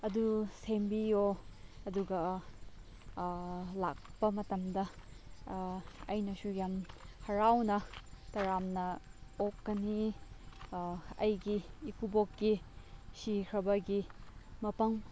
ꯑꯗꯨ ꯁꯦꯝꯕꯤꯌꯣ ꯑꯗꯨꯒ ꯂꯥꯛꯄ ꯃꯇꯝꯗ ꯑꯩꯅꯁꯨ ꯌꯥꯝ ꯍꯔꯥꯎꯅ ꯇꯔꯥꯝꯅ ꯑꯣꯛꯀꯅꯤ ꯑꯩꯒꯤ ꯏꯀꯨꯕꯣꯛꯀꯤ ꯁꯤꯈ꯭ꯔꯕꯒꯤ ꯃꯐꯝ